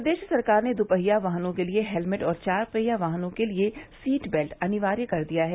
प्रदेश सरकार ने दुपहिया वाहनों के लिए हेमलेट और चार पहिया वाहनों के लिए सीट बेल्ट अनिवार्य कर दिया है